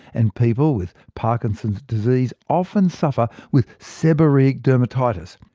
and people with parkinson's disease often suffer with seborrhoeic dermatitis.